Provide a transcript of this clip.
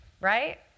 right